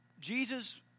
Jesus